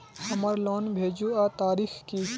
हमार लोन भेजुआ तारीख की?